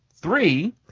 Three